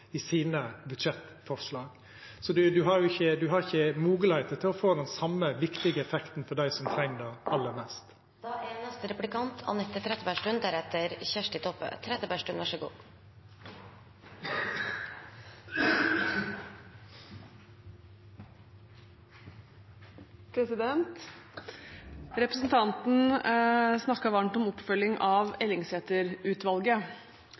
i sine budsjettforslag. Så ein har ikkje moglegheit til å få den same, viktige effekten for dei som treng det aller mest. Representanten Breivik snakket varmt om oppfølging av